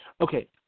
Okay